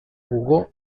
jugó